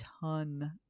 ton